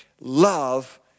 Love